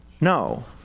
No